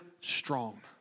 strong